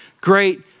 great